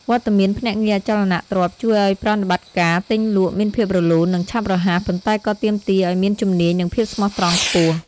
វត្តមានភ្នាក់ងារអចលនទ្រព្យជួយឲ្យប្រតិបត្តិការទិញលក់មានភាពរលូន និងឆាប់រហ័ស ប៉ុន្តែក៏ទាមទារឲ្យមានជំនាញ និងភាពស្មោះត្រង់ខ្ពស់។